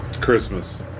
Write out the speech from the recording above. Christmas